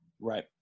Right